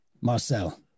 Marcel